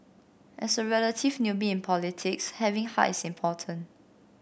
as a relative newbie in politics having heart is important